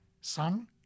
Son